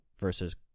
versus